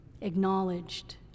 acknowledged